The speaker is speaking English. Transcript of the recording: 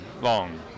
long